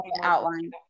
outline